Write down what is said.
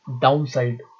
downside